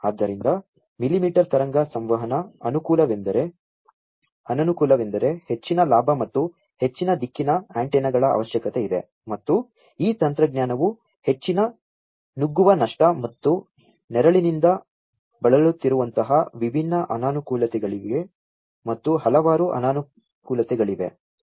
ಆದ್ದರಿಂದ ಮಿಲಿಮೀಟರ್ ತರಂಗ ಸಂವಹನದ ಅನನುಕೂಲವೆಂದರೆ ಹೆಚ್ಚಿನ ಲಾಭ ಮತ್ತು ಹೆಚ್ಚಿನ ದಿಕ್ಕಿನ ಆಂಟೆನಾಗಳ ಅವಶ್ಯಕತೆಯಿದೆ ಮತ್ತು ಈ ತಂತ್ರಜ್ಞಾನವು ಹೆಚ್ಚಿನ ನುಗ್ಗುವ ನಷ್ಟ ಮತ್ತು ನೆರಳಿನಿಂದ ಬಳಲುತ್ತಿರುವಂತಹ ವಿಭಿನ್ನ ಅನಾನುಕೂಲತೆಗಳಿವೆ ಮತ್ತು ಹಲವಾರು ಅನಾನುಕೂಲತೆಗಳಿವೆ